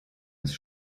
ist